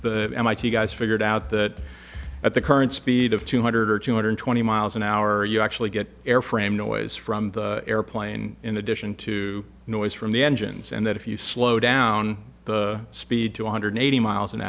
the mit guys figured out that at the current speed of two hundred or two hundred twenty miles an hour you actually get airframe noise from the airplane in addition to noise from the engines and that if you slow down the speed to one hundred eighty miles an